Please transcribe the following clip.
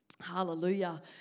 Hallelujah